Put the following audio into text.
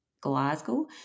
Glasgow